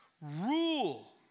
rule